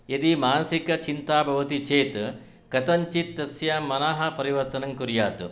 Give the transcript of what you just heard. यदि मानसिकचिन्ता भवति चेत् कथञ्चित् तस्य मनः परिवर्तनङ्कुर्यात्